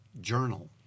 journal